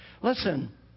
Listen